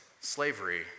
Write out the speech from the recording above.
slavery